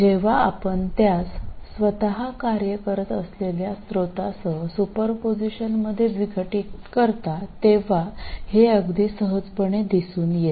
जेव्हा आपण त्यास स्वतः कार्य करत असलेल्या स्त्रोतासह सुपरपोजिशन मध्ये विघटित करता तेव्हा हे अगदी सहजपणे दिसून येते